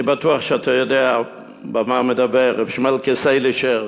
אני בטוח שאתה יודע במה מדבר ר' שמעלקא סֵעלישר,